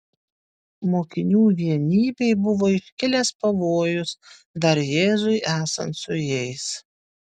mokinių vienybei buvo iškilęs pavojus dar jėzui esant su jais